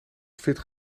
fit